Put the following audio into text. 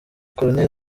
colonel